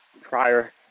prior